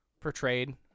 portrayed